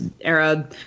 era